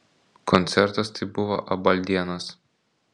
koncertas tai buvo abaldienas